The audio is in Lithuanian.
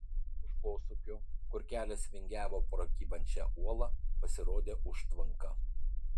už posūkio kur kelias vingiavo pro kybančią uolą pasirodė užtvanka